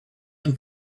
and